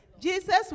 Jesus